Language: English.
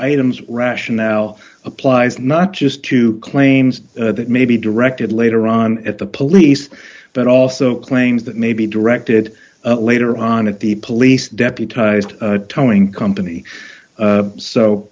items rationale applies not just to claims that may be directed later on at the police but also claims that may be directed later on at the police deputized towing company